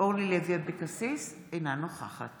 אורלי לוי אבקסיס, אינה נוכחת